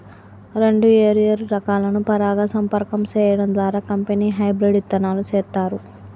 రెండు ఏరు ఏరు రకాలను పరాగ సంపర్కం సేయడం ద్వారా కంపెనీ హెబ్రిడ్ ఇత్తనాలు సేత్తారు